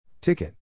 Ticket